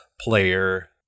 player